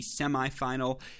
semifinal